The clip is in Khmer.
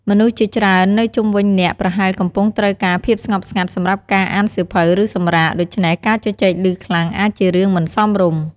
មនុស្សជាច្រើននៅជុំវិញអ្នកប្រហែលកំពុងត្រូវការភាពស្ងប់ស្ងាត់សម្រាប់ការអានសៀវភៅ ឬសម្រាក ដូច្នេះការជជែកឮខ្លាំងអាចជារឿងមិនសមរម្យ។